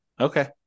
Okay